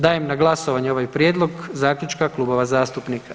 Dajem na glasovanje ovaj prijedlog Zaključka klubova zastupnika.